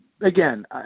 again